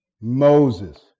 Moses